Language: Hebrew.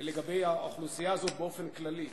לגבי האוכלוסייה הזאת באופן כללי: